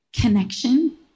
connection